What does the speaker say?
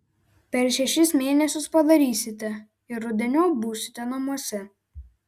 per šešis mėnesius padarysite ir rudeniop būsite namuose